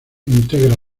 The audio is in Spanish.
integra